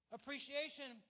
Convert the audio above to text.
Appreciation